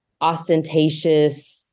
ostentatious